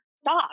stop